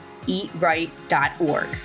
eatright.org